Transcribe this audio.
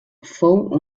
fou